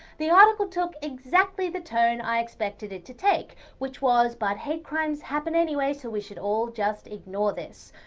the article took exactly the tone i expected it to take which was simply but hate crimes happen anyway so we should all just ignore this.